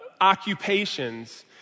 occupations